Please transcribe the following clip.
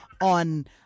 on